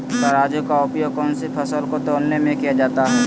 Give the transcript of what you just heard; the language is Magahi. तराजू का उपयोग कौन सी फसल को तौलने में किया जाता है?